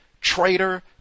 traitor